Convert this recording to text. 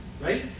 right